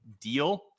deal